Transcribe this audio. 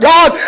God